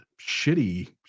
shitty